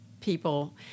people